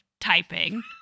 typing